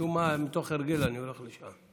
משום מה, מתוך הרגל אני הולך לשם.